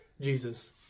Jesus